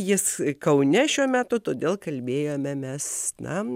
jis kaune šiuo metu todėl kalbėjome mes na